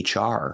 HR